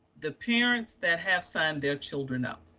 the parents that have signed their children up,